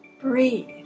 Breathe